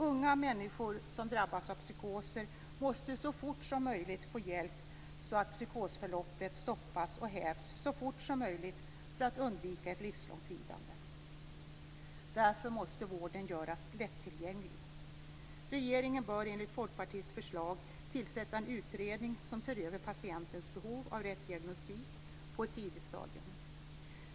Unga människor som drabbas av psykoser måste så fort som möjligt få hjälp, så att psykosförloppet stoppas och hävs så fort som möjligt, för att undvika ett livslångt lidande. Därför måste vården göras lätttillgänglig. Regeringen bör enligt Folkpartiets förslag tillsätta en utredning som ser över patientens behov av rätt diagnostik på ett tidigt stadium.